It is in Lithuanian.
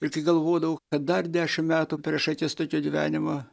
ir kai galvodavau kad dar dešim metų prieš akis tokio gyvenimo